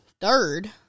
third